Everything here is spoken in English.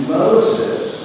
Moses